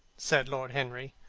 said lord henry.